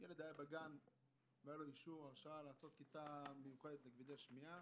הילד היה בגן והייתה לו הרשאה ללמוד בכיתה מיוחדת לכבדי שמיעה.